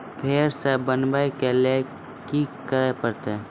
फेर सॅ बनबै के लेल की करे परतै?